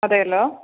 അതെല്ലോ